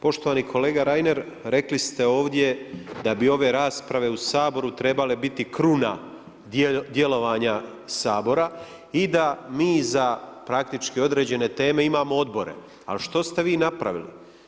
Poštovani kolega Reiner, rekli ste ovdje da bi ove rasprave u Saboru trebale biti kruna djelovanja Sabora i da mi za, praktički određene teme imamo odbore, ali što ste vi napravili?